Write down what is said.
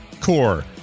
core